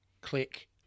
click